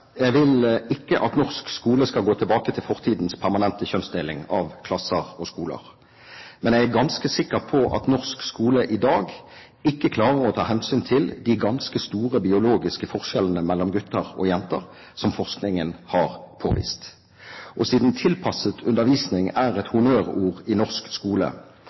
Jeg vil ikke at norsk skole skal gå tilbake til fortidens permanente kjønnsdeling av klasser og skoler, men jeg er ganske sikker på at norsk skole i dag ikke klarer å ta hensyn til de ganske store biologiske forskjellene mellom gutter og jenter som forskningen har påvist. Og siden «tilpasset undervisning» er et honnørord i norsk skole,